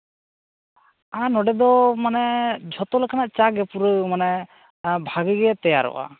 ᱟᱨ ᱱᱚᱸᱰᱮ ᱫᱚ ᱢᱟᱱᱮ ᱡᱷᱚᱛᱚ ᱞᱮᱠᱟᱱᱟᱜ ᱪᱟ ᱜᱮ ᱯᱩᱨᱟᱹ ᱢᱟᱱᱮ ᱟᱨ ᱵᱷᱟᱹᱜᱤ ᱜᱮ ᱛᱮᱭᱟᱨᱚᱜᱼᱟ